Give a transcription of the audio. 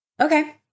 Okay